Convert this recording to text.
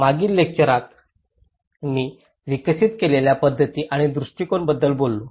मागील व्याख्यानात मी विकसित केलेल्या पद्धती आणि दृष्टिकोनाबद्दल बोललो